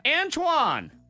Antoine